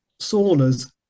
saunas